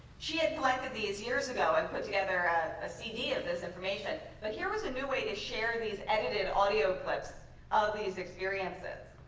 she had collected these years ago and put together ah a cd of this information. but ah here was a new way to share these edited audio clips of these experiences.